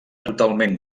totalment